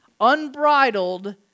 unbridled